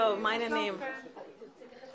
פותחת את